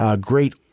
Great